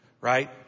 right